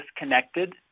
disconnected